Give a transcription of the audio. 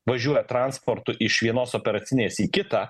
važiuoja transportu iš vienos operacinės į kitą